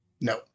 No